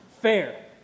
fair